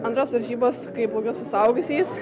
antros varžybos kaip plaukiu su suaugusiais